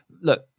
look